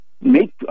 make